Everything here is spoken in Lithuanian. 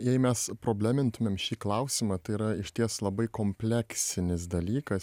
jei mes problemintumėm šį klausimą tai yra išties labai kompleksinis dalykas